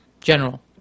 general